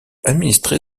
administré